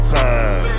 time